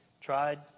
tried